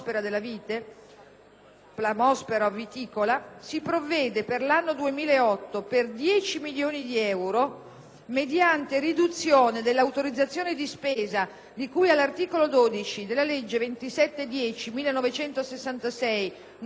(Plasmopara viticola), si provvede per l'anno 2008 per 20 milioni di euro, mediante riduzione dell'autorizzazione di spesa di cui all'articolo 15, comma 2,